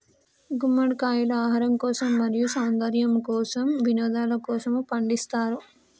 గుమ్మడికాయలు ఆహారం కోసం, మరియు సౌందర్యము కోసం, వినోదలకోసము పండిస్తారు